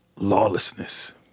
lawlessness